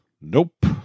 nope